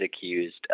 accused